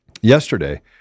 yesterday